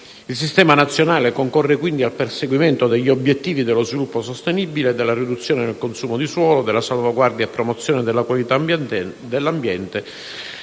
Il Sistema nazionale concorre al perseguimento degli obiettivi dello sviluppo sostenibile, della riduzione del consumo di suolo, della salvaguardia e promozione della qualità dell'ambiente,